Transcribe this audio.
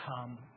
come